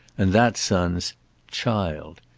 and that son's child.